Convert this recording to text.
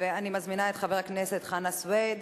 אני מזמינה את חבר הכנסת חנא סוייד